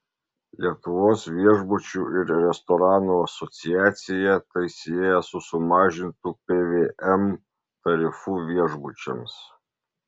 lietuvos viešbučių ir restoranų asociacija tai sieja su sumažintu pvm tarifu viešbučiams